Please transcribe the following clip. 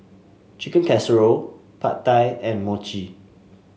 Chicken Casserole Pad Thai and Mochi